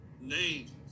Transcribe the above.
names